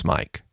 Mike